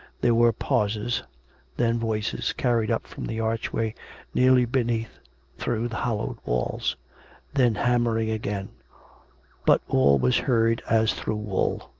there were pauses then voices carried up from the archway nearly beneath through the hollowed walls then hammering again but all was heard as through wool.